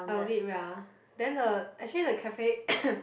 a bit ya then the actually the cafe